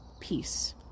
peace